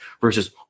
versus